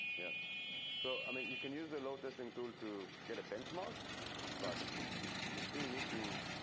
yeah so i mean, you can use the load testing tool to get a benchmark but you you still need to